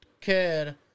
care